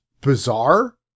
bizarre